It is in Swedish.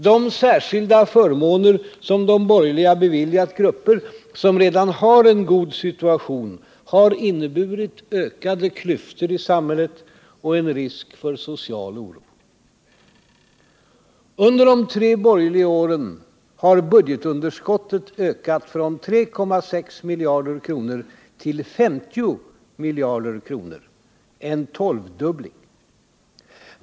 De särskilda förmåner som de borgerliga beviljat grupper som redan har en god situation har inneburit ökade klyftor i samhället och en risk för social oro. Under de tre borgerliga åren har budgetunderskottet ökat från 3,6 miljarder kronor till 50 miljarder kronor — en tolvdubbling.